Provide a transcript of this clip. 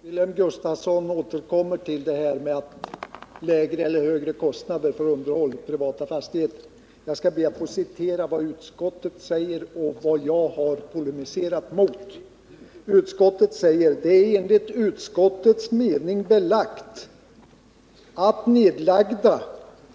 Herr talman! Jag skall bara ta upp en sak. Wilhelm Gustafsson återkommer till frågan om lägre eller högre kostnader för underhåll i privata fastigheter. Jag skall då be att få citera vad utskottet säger och vad jag har polemiserat mot. Utskottet säger: ”Det är enligt utskottets mening belagt att nedlagda